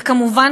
וכמובן,